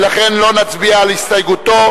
ולכן לא נצביע על הסתייגותו.